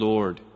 Lord